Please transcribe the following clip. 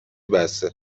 بسه